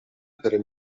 per